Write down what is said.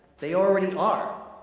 they already are!